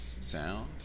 sound